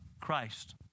Christ